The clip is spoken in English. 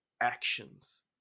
actions